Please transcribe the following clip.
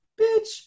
bitch